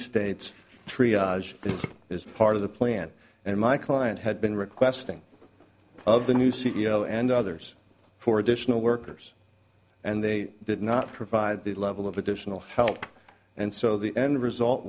states is part of the plan and my client had been requesting of the new c e o and others for additional workers and they did not provide the level of additional help and so the end result